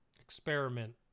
experiment